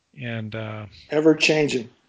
Ever-changing